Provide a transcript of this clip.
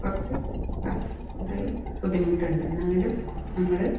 കുറച്ച് ആ ഇതെല്ലാം ബുദ്ധിമുട്ടുണ്ട് എന്നാലെങ്കിലും നമ്മൾ